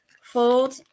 fold